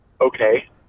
Okay